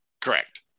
Correct